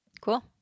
Cool